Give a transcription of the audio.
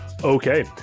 okay